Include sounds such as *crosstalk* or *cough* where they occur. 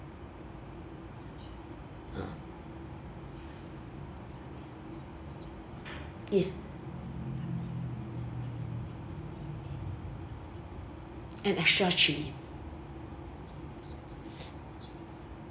ah yes and extra chilli *noise*